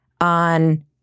on